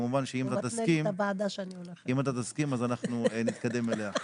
כמובן שאם אתה תסכים אז אנחנו נתקדם אליה.